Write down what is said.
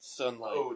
Sunlight